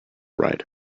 right